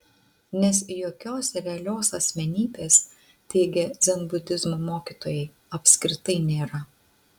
nes jokios realios asmenybės teigia dzenbudizmo mokytojai apskritai nėra